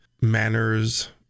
manners